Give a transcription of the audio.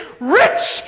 rich